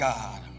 God